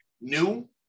new